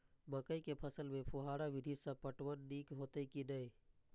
मकई के फसल में फुहारा विधि स पटवन नीक हेतै की नै?